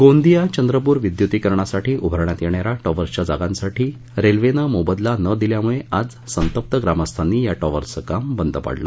गोंदिया चंद्रपूर विद्युतीकरणसाठी उभारण्यात येणा या टॉवर्सच्या जागांसाठी रेल्वेनं मोबदला न दिल्यामुळे आज संतप्त ग्रामस्थांनी या टॉवर्सच काम बंद पाडलं